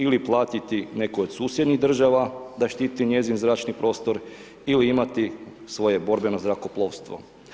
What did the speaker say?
Ili platiti nekoj od susjednih država da štiti njezin zračni prostor, ili imati svoje borbeno zrakoplovstvo.